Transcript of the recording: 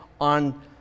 on